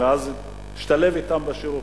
מאז השתלב אתם בשירות,